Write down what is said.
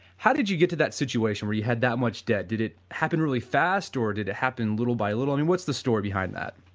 how did you get to that situation where you had that much debt, did it happen really fast or did it happen little by little, i mean what's the story behind that?